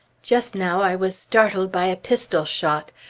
just now i was startled by a pistol shot.